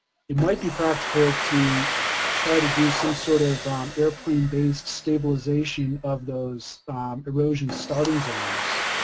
it might be practical to try to do some sort of um airplane based stabilization of those erosion starting zones.